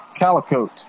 Calicoat